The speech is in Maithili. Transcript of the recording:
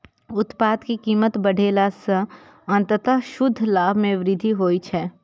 उत्पाद के कीमत बढ़ेला सं अंततः शुद्ध लाभ मे वृद्धि होइ छै